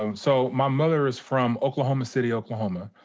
um so my mother is from oklahoma, city, oklahoma.